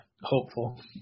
hopeful